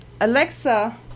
Alexa